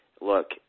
Look